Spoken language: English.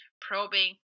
probing